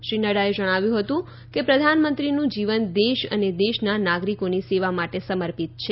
શ્રી નફાએ જણાવ્યું હતું કે પ્રધાનમંત્રીનું જીવન દેશ અને દેશના નાગરિકોની સેવા માટે સમર્પિત છે